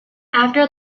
after